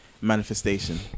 manifestation